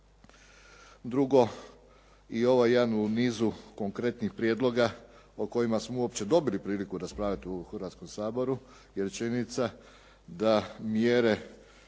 Drugo, i ovo je jedan u nizu konkretnih prijedloga o kojima smo uopće dobili priliku raspravljati u Hrvatskom saboru jer je činjenica da mjere,